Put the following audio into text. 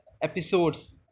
episodes